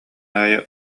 аайы